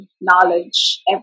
knowledge